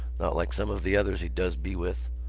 not like some of the others he does be with.